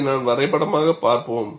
இதை நாம் வரைபடமாகப் பார்ப்போம்